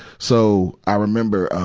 so, i remember